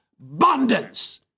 abundance